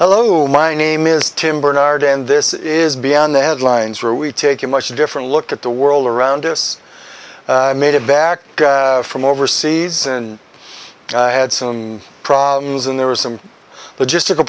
hello my name is tim bernard and this is beyond the headlines where we take a much different look at the world around us made it back from overseas and had some problems in there were some logistical